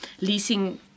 leasing